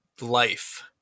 life